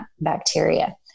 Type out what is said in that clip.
bacteria